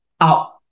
out